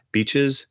Beaches